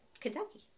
Kentucky